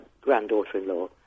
granddaughter-in-law